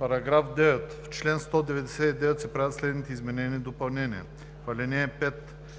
„§ 9. В чл. 199 се правят следните изменения и допълнения: 1. В ал. 5